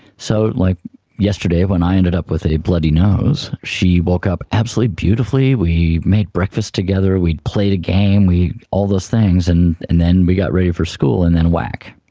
so like yesterday when i ended up with a bloody nose she woke up absolutely beautifully, we made breakfast together, we played a game, all those things, and and then we got ready for school and then whack.